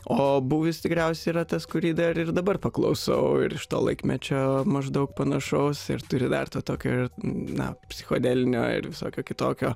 o bouvis tikriausiai yra tas kuri dar ir dabar paklausau ir iš to laikmečio maždaug panašaus ir turi dar tokią ir na psichodelinio ir visokio kitokio